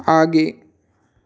आगे